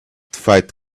fight